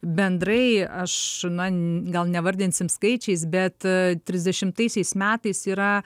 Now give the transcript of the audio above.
bendrai aš na gal nevardinsim skaičiais bet trisdešimtaisiais metais yra